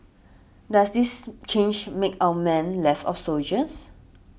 does this change make our men less of soldiers